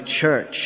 church